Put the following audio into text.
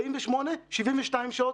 48, 72 שעות.